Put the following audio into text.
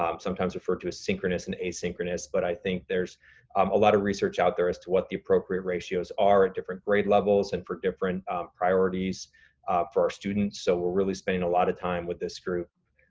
um sometimes referred to a synchronous and asynchronous, but i think there's um a lot of research out there as to what the appropriate ratios are at different grade levels and for different priorities for our students. so we're really spending a lot of time with this group,